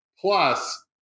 Plus